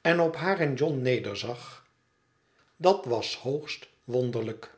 en op haar en john nederzag dat was hoogst wonderlijk